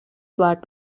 black